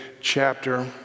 chapter